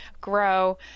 grow